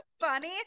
funny